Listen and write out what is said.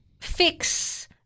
fix